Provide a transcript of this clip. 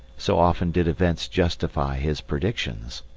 so often did events justify his predictions.